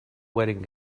wedding